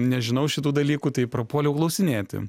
nežinau šitų dalykų tai prapuoliau klausinėti